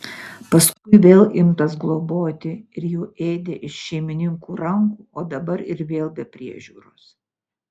paskui vėl imtas globoti ir jau ėdė iš šeimininkų rankų o dabar ir vėl be priežiūros